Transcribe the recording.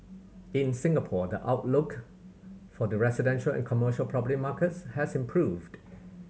in Singapore the outlook for the residential and commercial property markets has improved